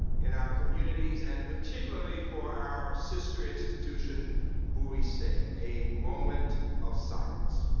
in our communities, and particularly for our sister institution bowie state. a moment of silence.